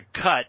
cut –